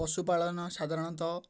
ପଶୁପାଳନ ସାଧାରଣତଃ